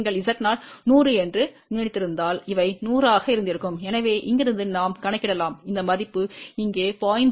எங்கள் Z0 100 என்று நினைத்திருந்தால் இவை 100 ஆக இருந்திருக்கும் எனவே இங்கிருந்து நாம் கணக்கிடலாம் இந்த மதிப்பு இங்கே 0